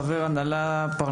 חבר הנהלת העמותה הפרלמנטרית.